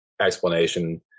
explanation